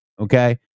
Okay